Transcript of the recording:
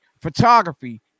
photography